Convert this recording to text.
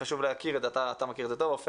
חשוב להכיר את זה, אתה מכיר את זה טוב, עופר,